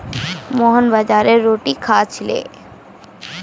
मोहन बाजरार रोटी खा छिले